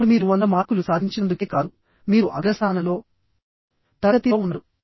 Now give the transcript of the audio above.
ఇప్పుడు మీరు 100 మార్కులు సాధించినందుకే కాదు మీరు అగ్రస్థానంలో తరగతి లో ఉన్నారు